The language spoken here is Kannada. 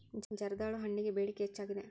ಜರ್ದಾಳು ಹಣ್ಣಗೆ ಬೇಡಿಕೆ ಹೆಚ್ಚಾಗಿದೆ